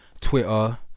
twitter